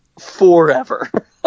forever